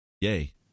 Yay